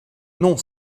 non